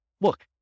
look